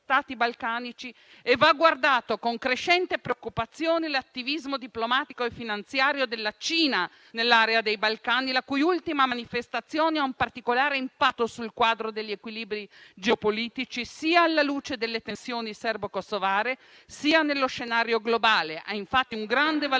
Stati balcanici e va guardato con crescente preoccupazione l'attivismo diplomatico e finanziario della Cina nell'area dei Balcani, la cui ultima manifestazione ha un particolare impatto sul quadro degli equilibri geopolitici, sia alla luce delle tensioni serbo-kosovare, sia nello scenario globale. Ha infatti un grande valore